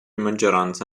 maggioranza